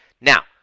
Now